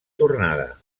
tornada